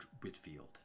Whitfield